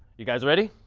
you guys ready?